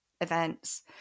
events